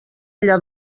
allà